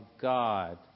God